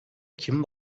kim